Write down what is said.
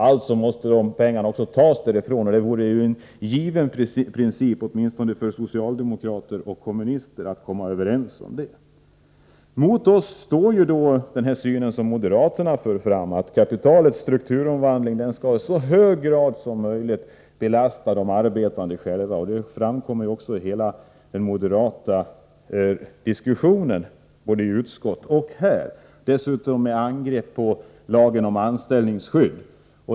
Alltså måste pengarna också tas därifrån. Det borde vara en given princip åtminstone för socialdemokrater och kommunister att komma överens om. Mot oss står de som företräder den syn som moderaterna för fram, att kapitalets strukturomvandling skall i så hög grad som möjligt belasta den arbetande. Det framkommer också i hela argumentationen från moderaternas sida, både i utskottet och här. Dessutom angriper man lagen om anställningsskydd.